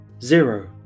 zero